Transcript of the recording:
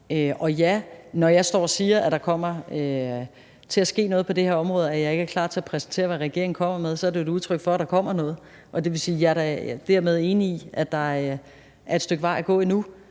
Når jeg står og siger, at der kommer til at ske noget på det her område, og at jeg ikke er klar til at præsentere, hvad regeringen kommer med, så er det jo et udtryk for, at der kommer noget. Og det vil sige, at jeg dermed er enig i, at der er et stykke vej at gå endnu